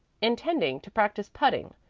intending to practice putting,